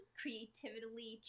creatively